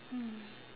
mm